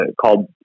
called